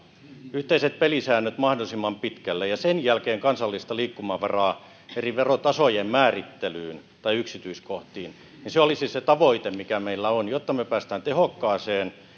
yhteiset pelisäännöt mahdollisimman pitkälle ja sen jälkeen kansallista liikkumavaraa eri verotasojen määrittelyyn tai yksityiskohtiin niin se olisi se tavoite mikä meillä on jotta me pääsemme tehokkaaseen